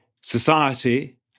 society